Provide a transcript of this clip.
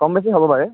কম বেছি হ'ব পাৰে